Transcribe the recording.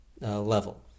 level